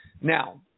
Now